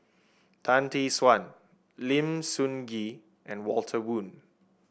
Tan Tee Suan Lim Sun Gee and Walter Woon